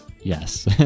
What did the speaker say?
yes